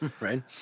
Right